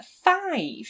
five